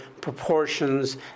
proportions